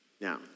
Now